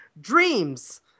Dreams